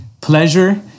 pleasure